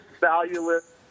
valueless